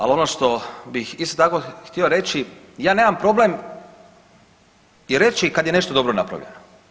Ali ono što bih isto tako htio reći, ja nemam problem i reći kad je nešto dobro napravljeno.